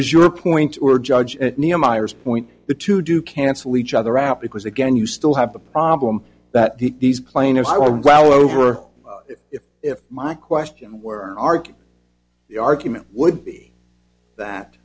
was your point or judge point the two do cancel each other out because again you still have the problem that these plaintiffs are well over if my question where are the argument would be that